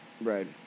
Right